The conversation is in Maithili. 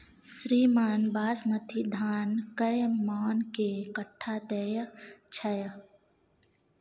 श्रीमान बासमती धान कैए मअन के कट्ठा दैय छैय?